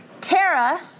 Tara